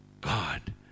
God